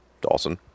Dawson